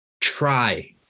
try